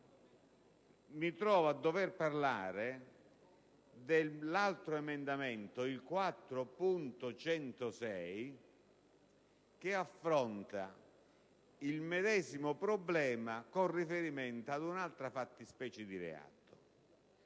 mi trovo a dover parlare dell'emendamento 4.106, che affronta il medesimo problema con riferimento ad un'altra fattispecie di reato,